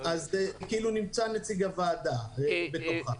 אז כאילו נמצא נציג הוועדה בתוכה.